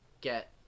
get